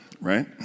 right